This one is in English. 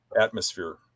atmosphere